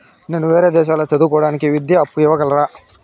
నేను వేరే దేశాల్లో చదువు కోవడానికి విద్యా అప్పు ఇవ్వగలరా?